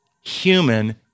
human